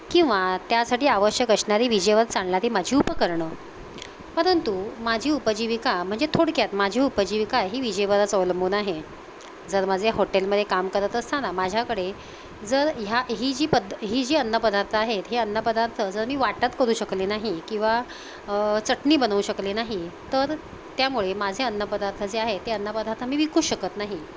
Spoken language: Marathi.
किंवा त्यासाठी आवश्यक असणारी वीजेवर चालणारी माझी उपकरणं परंतु माझी उपजीविका म्हणजे थोडक्यात माझी उपजीविका आहे ही वीजेवरच अवलंबून आहे जर माझे हॉटेलमध्ये काम करत असताना माझ्याकडे जर ह्या ही जी पद् ही जी अन्नपदार्थ आहेत हे अन्नपदार्थ जर मी वाटप करू शकले नाही किंवा चटणी बनवू शकले नाही तर त्यामुळे माझे अन्नपदार्थ जे आहे ते अन्नपदार्थ मी विकूच शकत नाही